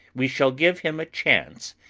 we shall give him a chance,